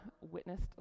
witnessed